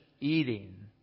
eating